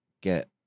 get